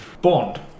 Bond